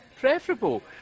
preferable